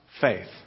faith